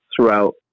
throughout